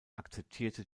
akzeptierte